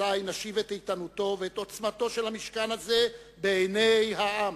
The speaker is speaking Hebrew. אזי נשיב את איתנותו ואת עוצמתו של המשכן הזה בעיני העם,